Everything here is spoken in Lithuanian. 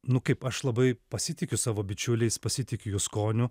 nu kaip aš labai pasitikiu savo bičiuliais pasitikiu jų skoniu